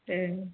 ए